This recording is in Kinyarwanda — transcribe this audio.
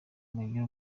mugire